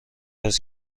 است